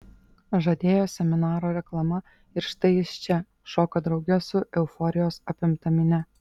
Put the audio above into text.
žadėjo seminaro reklama ir štai jis čia šoka drauge su euforijos apimta minia